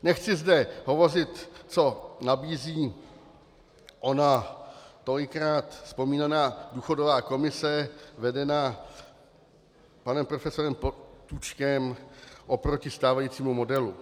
Nechci zde hovořit, co nabízí ona tolikrát vzpomínaná důchodová komise vedená panem profesorem Potůčkem oproti stávajícímu modelu.